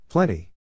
Plenty